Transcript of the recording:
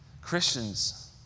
Christians